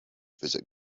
visit